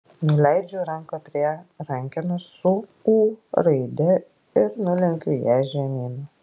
nuleidžiu ranką prie rankenos su ū raide ir nulenkiu ją žemyn